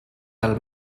del